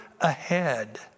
ahead